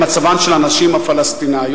למצבן של הנשים הפלסטיניות,